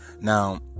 Now